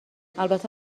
البته